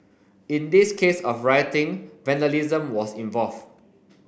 in this case of rioting vandalism was involved